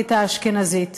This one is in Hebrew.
החרדית האשכנזית.